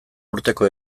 urteko